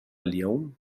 اليوم